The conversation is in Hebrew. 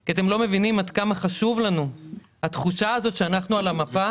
כי אתם לא מבינים עד כמה חשובה לנו התחושה הזאת שאנחנו על המפה.